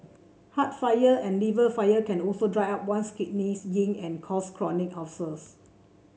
heart fire and liver fire can also dry up one's kidney's yin and cause chronic ulcers